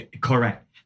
Correct